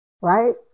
Right